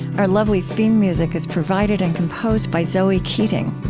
our lovely theme music is provided and composed by zoe keating.